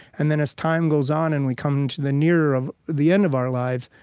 and then as time goes on, and we come into the nearer of the end of our lives,